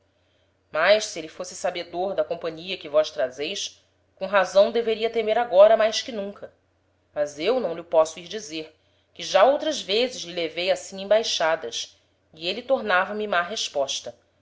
mas se êle fosse sabedor da companhia que vós trazeis com razão deveria temer agora mais que nunca mas eu não lh'o posso ir dizer que já outras vezes lhe levei assim embaixadas e êle tornava me má resposta